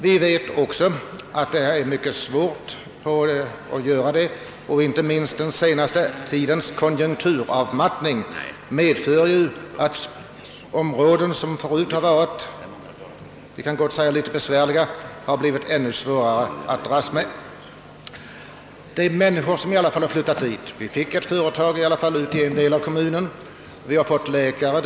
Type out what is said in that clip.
Vi vet emellertid att detta är en mycket svår uppgift, och inte minst den senaste tidens konjunkturavmattning medför att områden som redan förut haft det besvärligt har fått det ännu svårare. I viss utsträckning har emellertid människor flyttat dit. Vi har fått ett nytt företag till kommunen, och vi har fått dit läkare.